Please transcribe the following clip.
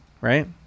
right